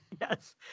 Yes